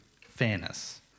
fairness